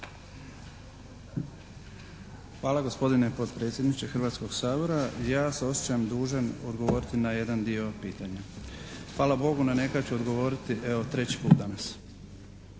Hvala gospodine potpredsjedniče Hrvatskog sabora! Ja se osjećam dužan odgovoriti na jedan dio pitanja. Hvala Bogu na neka odgovaram već treći put danas.